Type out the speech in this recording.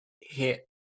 hit